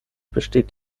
besteht